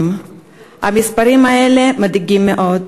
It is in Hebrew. המספרים האלה מדאיגים מאוד.